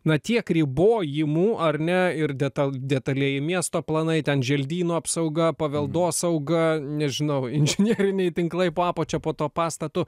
na tiek ribojimų ar ne ir detal detalieji miesto planai ten želdynų apsauga paveldosauga nežinau inžineriniai tinklai po apačia po tuo pastatu